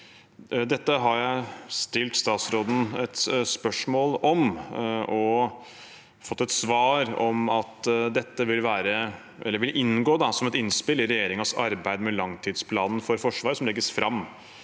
Dette har jeg stilt statsråden et spørsmål om, og jeg har fått et svar om at dette vil inngå som et innspill i regjeringens arbeid med langtidsplanen for Forsvaret, som legges fram